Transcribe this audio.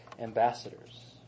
ambassadors